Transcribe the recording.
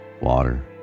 water